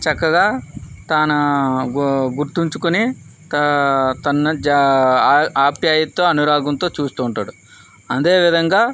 చక్కగా తన గు గుర్తుంచుకుని తన ఆప్యాయత అనురాగంతో చూస్తూ ఉంటాడు అదే విధంగా